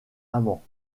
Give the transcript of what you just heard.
amants